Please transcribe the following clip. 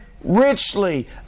richly